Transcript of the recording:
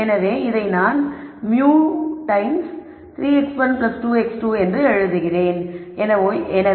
எனவே இதை நான் μ one times 3 x1 2 x2 என்று எழுதுகிறேன்